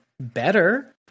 better